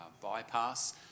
bypass